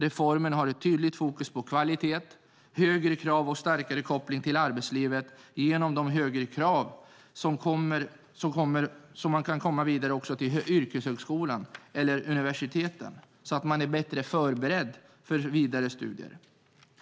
Reformen har tydligt fokus på kvalitet och på högre krav och en starkare koppling till arbetslivet just genom högre krav så att man kan komma vidare till yrkeshögskola eller universitet och så att man är bättre förberedd för vidare studier.